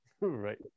Right